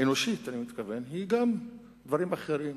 האנושית אני מתכוון, היא גם דברים אחרים,